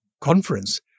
conference